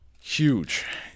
Huge